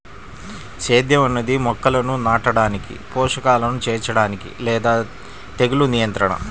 సేద్యం అనేది మొక్కలను నాటడానికి, పోషకాలను చేర్చడానికి లేదా తెగులు నియంత్రణ